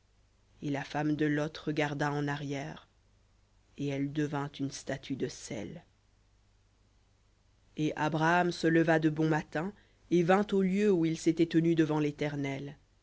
et la femme de lot regarda en arrière et elle devint une statue de sel et abraham se leva de bon matin au lieu où il s'était tenu devant l'éternel